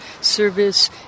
service